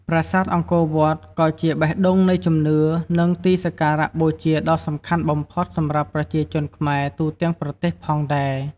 ប្រាសាទអង្គរវត្តក៏ជា បេះដូងនៃជំនឿ និងទីសក្ការៈបូជាដ៏សំខាន់បំផុតសម្រាប់ប្រជាជនខ្មែរទូទាំងប្រទេសផងដែរ។